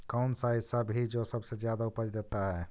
कौन सा ऐसा भी जो सबसे ज्यादा उपज देता है?